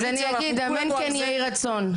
אמן כן יהיה רצון.